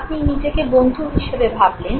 আপনি নিজেকে বন্ধু হিসেবে ভাবলেন